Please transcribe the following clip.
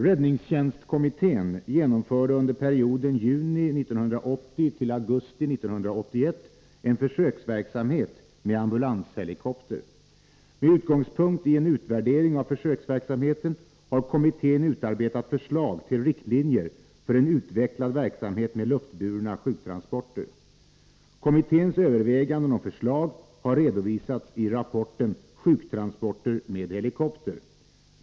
Räddningstjänstkommittén genomförde under perioden juni 1980-augusti 1981 en försöksverksamhet med ambulanshelikopter. Med utgångspunktien utvärdering av försöksverksamheten har kommittén utarbetat förslag till riktlinjer för en utvecklad verksamhet med luftburna sjuktransporter. Kommitténs överväganden och förslag har redovisats i rapporten Sjuktransporter med helikopter.